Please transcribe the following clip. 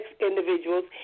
individuals